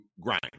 grind